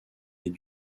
est